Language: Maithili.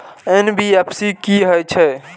एन.बी.एफ.सी की हे छे?